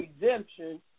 redemption